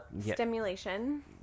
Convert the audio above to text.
Stimulation